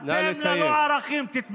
נא לסיים.